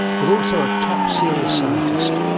but also a top serious scientist,